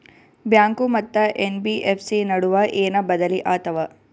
Bank ಮತ್ತ NBFC ನಡುವ ಏನ ಬದಲಿ ಆತವ?